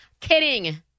Kidding